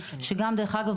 דרך אגב,